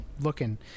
looking